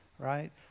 right